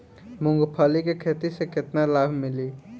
मूँगफली के खेती से केतना लाभ मिली?